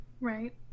right